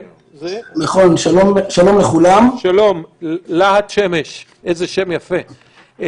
איזה שם יפה.